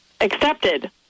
accepted